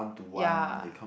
ya